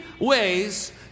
ways